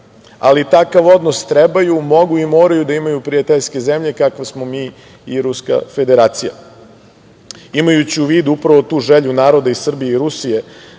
ali takav odnos trebaju, mogu i moraju da imaju prijateljske zemlje kakve smo mi i Ruska Federacija. Imajući u vidu upravo tu želju naroda Srbije i Rusije